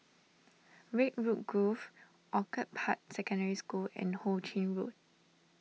Redwood Grove Orchid Park Secondary School and Ho Ching Road